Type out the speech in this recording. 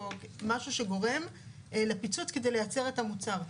משהו שגורם לפיצוץ כדי לייצר את המוצר,